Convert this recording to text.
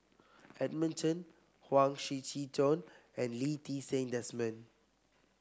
Edmund Chen Huang Shiqi Joan and Lee Ti Seng Desmond